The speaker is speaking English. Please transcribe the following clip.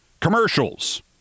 commercials